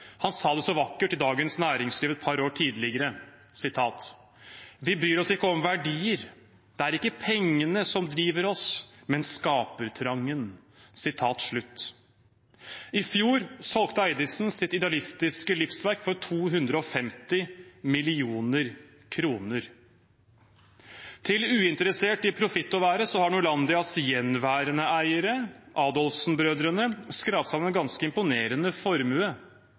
han fikk gratis av Høyre-styrte Tromsø, sa det så vakkert i Dagens Næringsliv et par år tidligere: «Vi bryr oss ikke om verdier. Det er ikke pengene som driver oss, men skapertrangen». I fjor solgte Eidissen sitt idealistiske livsverk for 250 mill. kr. Til uinteressert i profitt å være har Norlandias gjenværende eiere, Adolfsen-brødrene, skrapet sammen en ganske imponerende formue.